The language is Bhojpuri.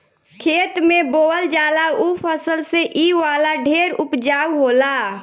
खेत में बोअल जाला ऊ फसल से इ वाला ढेर उपजाउ होला